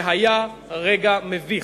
זה היה רגע מביך.